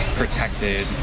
protected